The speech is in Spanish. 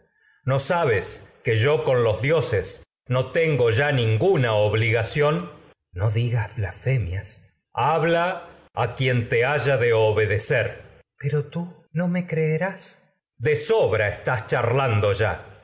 no sabes que con los dioses no tengo ya ninguna obligación tecmesa no digas blasfemias a áyax habla quien te haya de obedecer no tecmesa pero tú me creerás áyax de sobra estás charlando ya